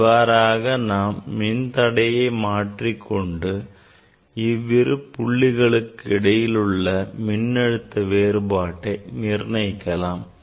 இவ்வாறாக நாம் மின்தடைமாற்றியை கொண்டு இவ்விரு புள்ளிகளுக்கு இடையே உள்ள மின்னழுத்த வேறுபாட்டை நிர்ணயிக்கலாம்